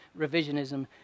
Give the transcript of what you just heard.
revisionism